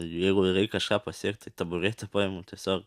jeigu kažką pasiekt tai taburetę paimu tiesiog